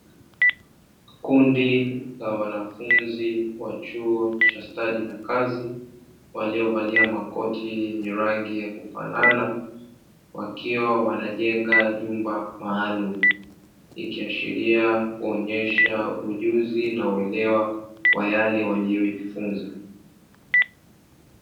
Kundi la wanafunzi wa chuo cha stadi na kazi, waliovalia makoti yenye rangi ya kufanana, wakiwa wanajenga nyumba maalumu, ikiashiria kuonyesha ujuzi na uelewa wa yale waliojifunza.